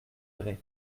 vrai